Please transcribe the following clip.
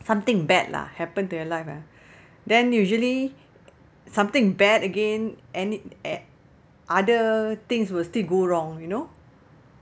something bad lah happen to your life ah then usually something bad again and it a~ other things will still go wrong you know